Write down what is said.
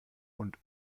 und